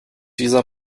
dieser